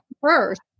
first